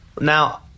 Now